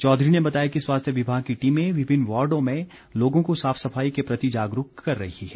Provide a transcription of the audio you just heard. चौधरी ने बताया कि स्वास्थ्य विभाग की टीमें विभिन्न वॉर्डों में लोगों को साफ सफाई के प्रति जागरूक कर रही है